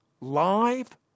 live